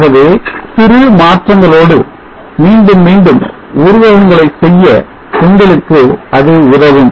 ஆகவே சிறு மாற்றங்களோடு மீண்டும் மீண்டும் உருவகங்களை செய்ய உங்களுக்கு இது உதவும்